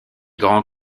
grand